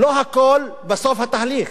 לא הכול בסוף בתהליך.